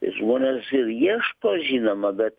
žmonės ir ieško žinoma bet